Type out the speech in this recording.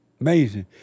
Amazing